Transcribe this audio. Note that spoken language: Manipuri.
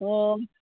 ꯑꯣ